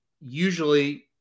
Usually